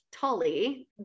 Tolly